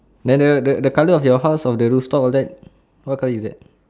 then the the the colour of your house of the roof top all that what colour is that